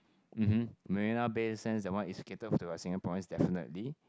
mmm hmm Marina-Bay-Sands that one is catered to a Singaporeans definitely